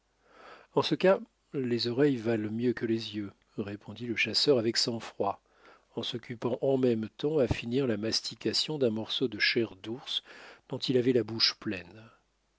en ce cas les oreilles valent mieux que les yeux répondit le chasseur avec sang-froid en s'occupant en même temps à finir la mastication d'un morceau de chair d'ours dont il avait la bouche pleine